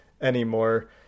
anymore